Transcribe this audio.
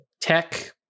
tech